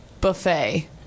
buffet